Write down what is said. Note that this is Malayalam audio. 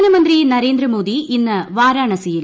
പ്രധാനമന്ത്രി നരേന്ദ്രമോദി ഇന്ന് വാരാണസിയിൽ